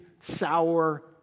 sour